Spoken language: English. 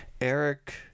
Eric